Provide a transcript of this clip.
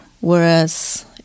Whereas